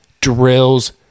drills